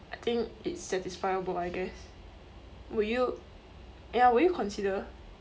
I think it's satisfiable I guess would you ya would you consider